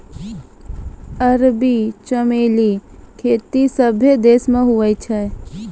अरबी चमेली खेती सभ्भे देश मे हुवै छै